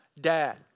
dad